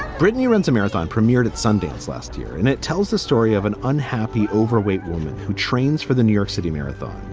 brittany runs a marathon, premiered at sundance last year. and it tells the story of an unhappy, overweight woman who trains for the new york city marathon.